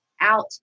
out